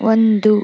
ಒಂದು